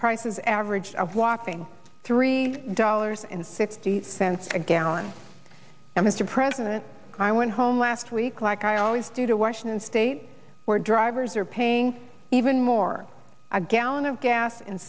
prices average of whopping three dollars and sixty cents a gallon now mr president i went home last week like i always to washington state where drivers are paying even more a gallon of gas in